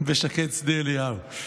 בשקד שדה אליהו.